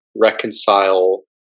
reconcile